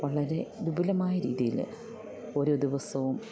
വളരെ വിപുലമായ രീതിയിൽ ഓരോ ദിവസവും